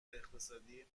اقتصادی